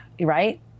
right